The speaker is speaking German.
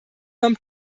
vom